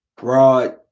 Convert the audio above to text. Rod